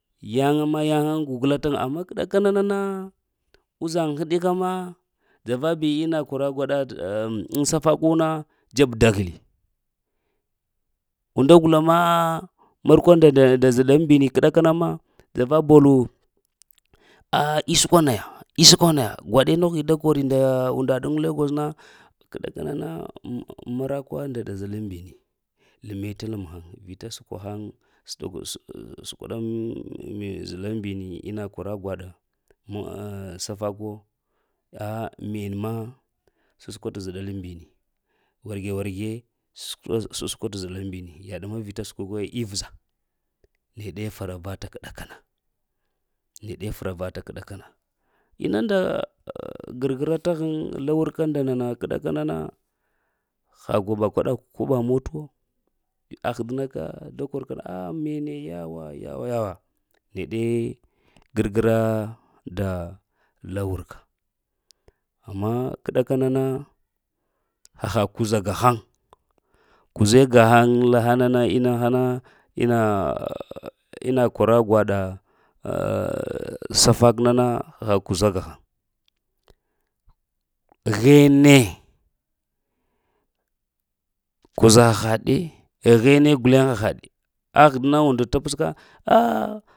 Yaŋga ma yaŋga gugla tahaŋ. Amma kə ɗakanana, uzhaŋ hiɗika ma dzava bi ina kwara gwaɗa ŋ safaku na dzeb da ghilli. Unda gula ma markunda nda zəeɗa lambini k'ɗakama, dzava bolo. A’ isəkwa naya, isəkwa naya. Gwaɗe noghi da koro nda unda ɗəŋ legos na, k’ ɗakana na marakwa nda zəɗalambini leme t’ lem haŋ. Vita skwa haŋ s'ɗ səkwa ɗaŋ zəɗa lambini ina kwara gwaɗa safak’ wo, ah min ma saskwa t zəɗalambini, warge warge s's saskwa t’ zəɗalambini. Yaɗ ma vita səkwa wo lvəza. Neɗe fara vata k’ ɗakana, neɗe fara vata k’ ɗakana. Inunda?? Gər-gra ta haŋ la wurka nda nana k’ ɗa kanana ha gwaɗa kɗa koɓa mota wo ahdəna ka a da korka na a’ mene yaghwe yawa-yawa, neɗe gr-gra da la wurka, amma k’ ɗaka nana haha kuza ga haŋ, kuze gahaŋ lahana na ina na, ina kwara gwaɗa safak nana haha kuza gahaŋ. Heneh kuza haha ɗe, hene guleŋ hahaɗe ah dəna unda t’ ps ka ah.